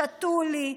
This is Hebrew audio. שתו לי,